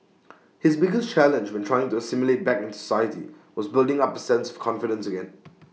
his biggest challenge when trying to assimilate back into society was building up A sense of confidence again